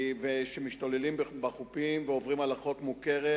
שמשתוללים בחופים ועוברים על החוק מוכרת.